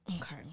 okay